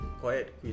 quiet